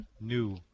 new